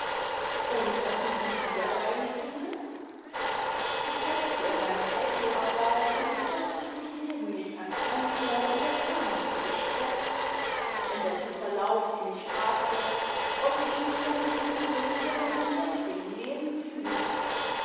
und was machen sie derweilen kindel ich zeigte ihr meine häkelarbeit und sie setzte sich neben mich ans fenster imd wir kamen ins gespräch in dessen verlauf sie mic h fragte ob ich mich denn befriedigt von meinem jetzigen leben fühle